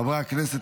חברי הכנסת,